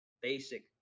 basic